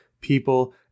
people